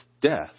death